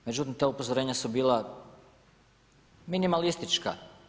Međutim, ta upozorenja su bila minimalistička.